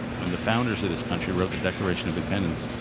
when the founders of this country wrote the declaration of independence,